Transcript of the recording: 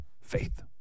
Faith